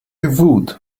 would